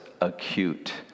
acute